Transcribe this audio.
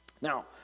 Now